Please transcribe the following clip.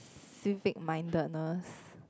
civic mindedness